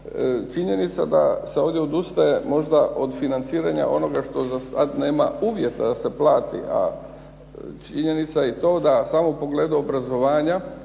Činjenica da se ovdje odustaje možda od financiranja onoga što za sad nema uvjeta da se plati, a činjenica je i to da samo u pogledu obrazovanja